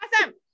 Awesome